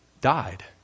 died